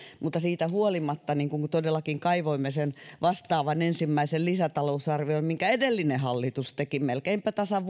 siitä huolimatta kun todellakin kaivoimme sen vastaavan ensimmäisen lisätalousarvion minkä edellinen hallitus teki melkeinpä tasan